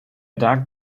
dark